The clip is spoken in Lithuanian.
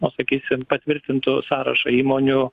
nu sakysim patvirtintų sąrašą įmonių